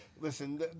Listen